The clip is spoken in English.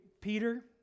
Peter